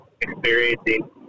experiencing